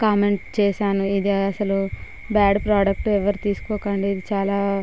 comment చేశాను ఇది అసలు బాడ్ ప్రోడక్ట్ ఎవరు తీసుకోకండి ఇది చాలా